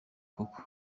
koko